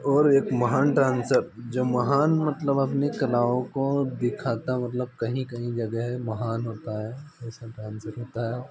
और एक महान डांसर जो महान मतलब अपनी कलाओं को दिखाता मतलब कहीं कहीं जगह महान होता है ऐसा डांसर होता है वह